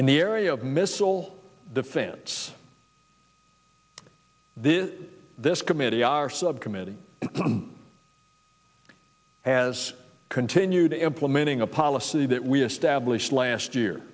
in the area of missile defense this is this committee our subcommittee has continued implementing a policy that we established last year